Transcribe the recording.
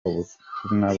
ubutumwa